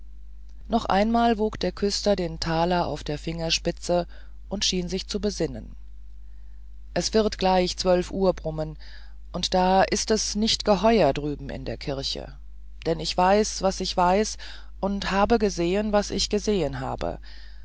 noch einmal wog der küster den taler auf der fingerspitze und schien sich zu besinnen es wird zwar gleich zwölf uhr brummen und da ist es gar nicht geheuer drüben in der kirche denn ich weiß was ich weiß und habe gesehen was ich gesehen habe